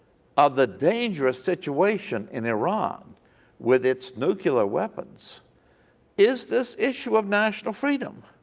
of the dangerous situation in iran with its nuclear weapons is this issue of national freedom.